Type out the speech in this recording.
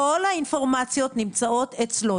כל האינפורמציות נמצאות אצלו.